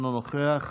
אינו נוכח,